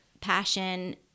passion